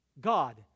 God